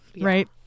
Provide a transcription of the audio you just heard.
Right